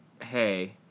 hey